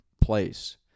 place